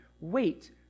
wait